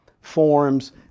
forms